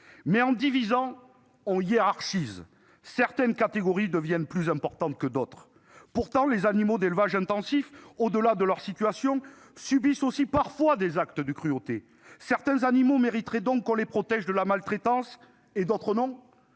mais, en divisant, on hiérarchise, et certaines catégories deviennent plus importantes que d'autres. Pourtant, les animaux victimes de l'élevage intensif, au-delà de leur situation, subissent aussi des actes de cruauté. Certains animaux mériteraient donc qu'on les protège de la maltraitance, et d'autres non